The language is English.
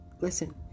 Listen